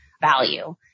value